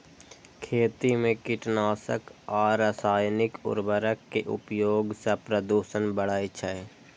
खेती मे कीटनाशक आ रासायनिक उर्वरक के उपयोग सं प्रदूषण बढ़ै छै